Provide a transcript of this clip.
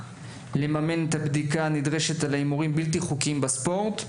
לממן את הבדיקה הנדרשת על ההימורים הבלתי חוקיים בספורט.